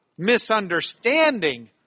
Misunderstanding